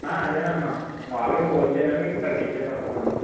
అదేనమ్మ వాళ్ళవి హోల్ సేలే మీకు తగ్గించే పడుతుంది అమ్మ